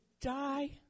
die